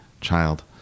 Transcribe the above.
child